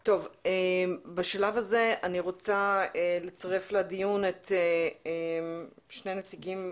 בשלב הזה אני רוצה לצרף לדיון שני נציגים.